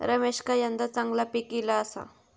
रमेशका यंदा चांगला पीक ईला आसा